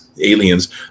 Aliens